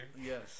Yes